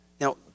Now